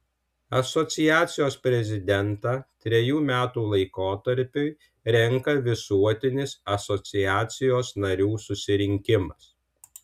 asociacijos prezidentą trejų metų laikotarpiui renka visuotinis asociacijos narių susirinkimas